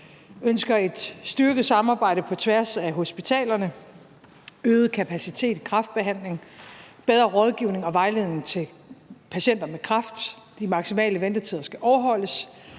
Vi ønsker et styrket samarbejde på tværs af hospitalerne, øget kapacitet i kræftbehandlingen, bedre rådgivning og vejledning til patienter med kræft, og at de maksimale ventetider skal overholdes.